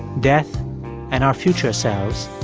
death and our future selves,